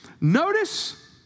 Notice